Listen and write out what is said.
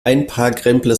einparkrempler